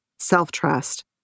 Self-trust